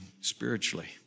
spiritually